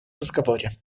разговоре